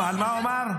על מה הוא אמר?